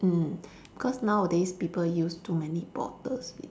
mm cause nowadays people use too many bottles already